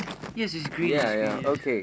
yes it's green and greenest